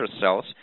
cells